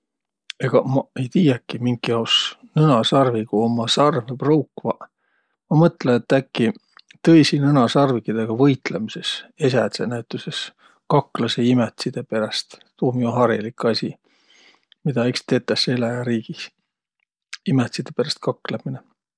Egaq maq ei tiiäki, mink jaos nõnasarviguq umma sarvõ pruukvaq. Ma mõtlõ, et äkki tõisi nõnasarvikidõga võitlõmisõs. Esädseq näütüses kaklõsõq imätside peräst, tuu um jo harilik asi, midä iks tetäs eläjäriigih, imätside peräst kaklõminõ.